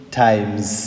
times